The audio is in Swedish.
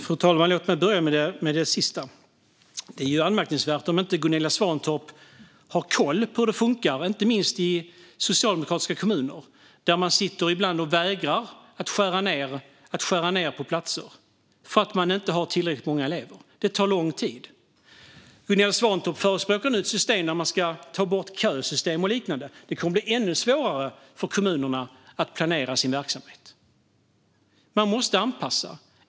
Fru talman! Låt mig börja med det sista. Det är anmärkningsvärt om Gunilla Svantorp inte har koll på hur det funkar, inte minst i socialdemokratiska kommuner, där man ibland vägrar skära ned på platserna när man inte har tillräckligt många elever. Det tar lång tid. Gunilla Svantorp förespråkar nu ett system där man ska ta bort kösystem och liknande. Det kommer då att bli ännu svårare för kommunerna att planera sin verksamhet. Man måste anpassa.